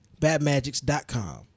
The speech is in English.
BadMagics.com